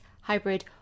hybrid